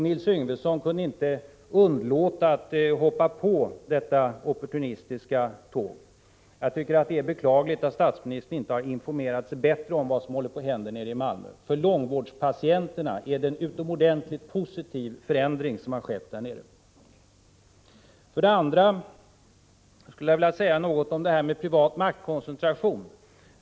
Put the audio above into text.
Nils Yngvesson kunde inte underlåta att hoppa på detta opportunistiska tåg. Jag tycker att det är beklagligt att statsministern inte har informerat sig bättre om vad som händer nere i Malmö. För långvårdspatienterna har det skett en mycket positiv förändring där nere. Sedan skulle jag vilja säga några ord om privat maktkoncentration.